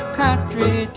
country